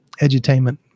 edutainment